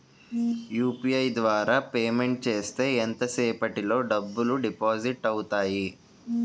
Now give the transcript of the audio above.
UPI ద్వారా payment చేస్తే ఎంత సేపటిలో డబ్బులు డిపాజిట్ అవుతాయి?